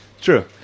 True